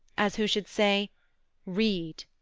as who should say read,